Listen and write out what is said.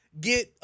get